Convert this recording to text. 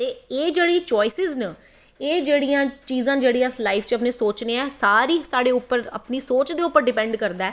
ते एह् जेह्ड़ी चोआईसिस न एह् चीज़ां जेह्ड़ियां अस लाईफ च सोचनें आं सारी साढ़े उप्पर साढ़ी सोच उप्पर डिपैंड करदा ऐ